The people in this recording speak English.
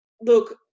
look